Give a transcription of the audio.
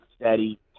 steady